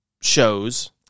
shows